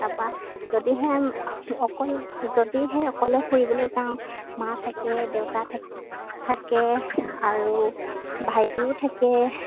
তাৰপৰা যদিহে অকল যদিহে অকলে ফুৰিবলৈ যাওঁ মা থাকে দেউতা থা থাকে আৰু ভাইটিও থাকে